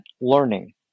learning